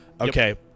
Okay